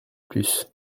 plus